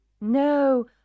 No